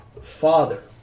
father